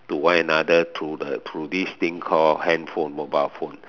to one another through the through this thing called handphone mobile phone